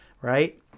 right